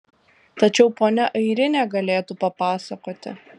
tačiau ponia airinė galėtų papasakoti